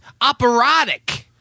operatic